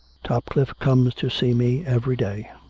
topcliffe comes to see me every day.